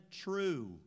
true